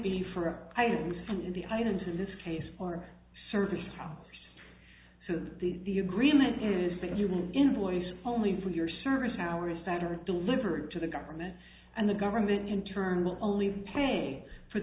be for items in the items in this case for service hours so these the agreement is that you will invoice only for your service hours that are delivered to the government and the government in turn will only pay for